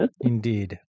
indeed